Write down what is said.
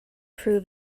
prove